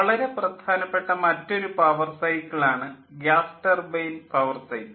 വളരെ പ്രധാനപ്പെട്ട മറ്റൊരു പവർ സൈക്കിൾ ആണ് ഗ്യാസ് ടർബൈൻ പവർ സൈക്കിൾ